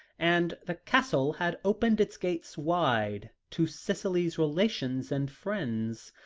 and the castle had opened its gates wide to cicely's relations and friends.